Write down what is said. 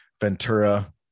Ventura